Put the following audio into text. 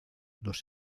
los